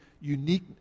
unique